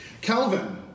Calvin